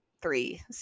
three